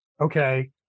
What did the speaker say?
Okay